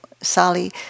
Sally